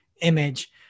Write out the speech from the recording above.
image